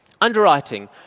Underwriting